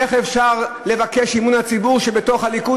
איך אפשר לבקש את אמון הציבור כשבתוך הליכוד